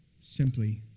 simply